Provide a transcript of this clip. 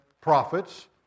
prophets